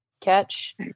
catch